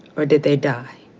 or did they die?